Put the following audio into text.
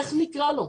איך נקרא לו?